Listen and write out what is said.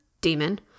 demon